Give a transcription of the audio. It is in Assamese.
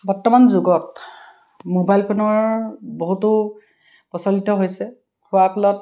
বৰ্তমান যুগত মোবাইল ফোনৰ বহুতো প্ৰচলিত হৈছে হোৱাৰ ফলত